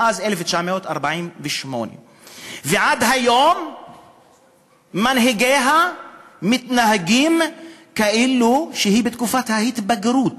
מאז 1948 ועד היום מנהיגיה מתנהגים כאילו היא בתקופת ההתבגרות.